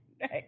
right